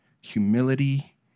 humility